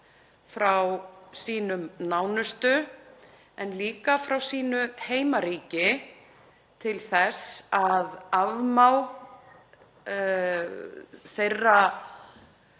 frá sínum nánustu, líka frá sínu heimaríki, til þess að afmá þeirra